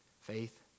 Faith